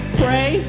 pray